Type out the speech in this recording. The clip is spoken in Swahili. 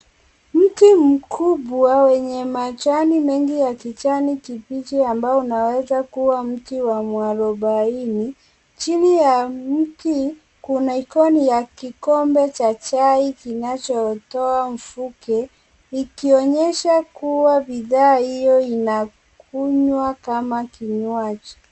Mti mkubwa wenye majani mengi ya kijani kibichi ambao unaweza kuwa mti wa mwarubaine , chini ya mti kuna iconi ya kikombe cha chai kinachotoa mfuke kuonyesha bidhaa hio inakunywa kama kinywaji.